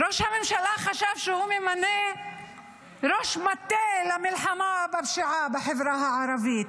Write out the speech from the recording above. ראש הממשלה חשב שהוא ממנה ראש מטה למלחמה בפשיעה בחברה הערבית,